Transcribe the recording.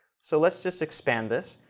so let's just expand this.